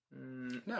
no